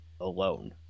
alone